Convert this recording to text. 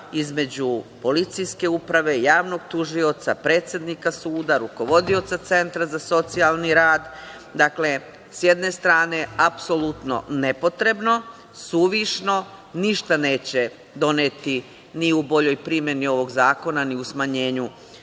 između policijske uprave, javnog tužioca, predsednika suda, rukovodioca centra za socijalni rad. Dakle, s jedne strane apsolutno nepotrebno, suvišno, ništa neće doneti ni u boljoj primeni ovog zakona ni u smanjenju nasilja